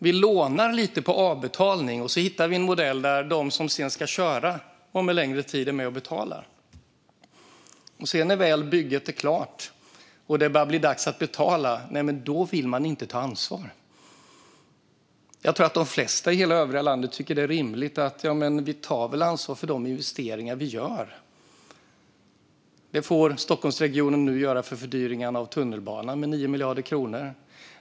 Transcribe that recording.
Vi lånar lite på avbetalning, och så hittar vi en modell där de som sedan ska köra på bron om en längre tid är med och betalar. När bygget sedan väl är klart och det börjar bli dags att betala vill man inte ta ansvar. Jag tror att de flesta i övriga landet tycker att det är rimligt att ta ansvar för de investeringar man gör. Det får Stockholmsregionen nu göra för fördyringen av tunnelbanan med 9 miljarder kronor.